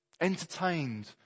entertained